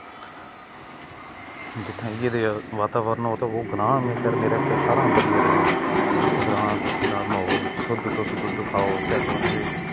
जित्थें इयै देहा वातावरण होऐ ते मेरा ग्रांऽ मेरे आस्तै सारें कशा बधिया रौह्ना आं ग्रांऽ दा म्हौल शुद्ध तुस दुद्ध घिओ खाओ भ्यागा उट्ठो